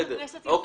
אם